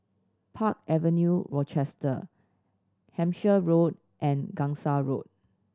Park Avenue Rochester Hampshire Road and Gangsa Road